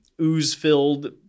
ooze-filled